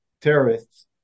terrorists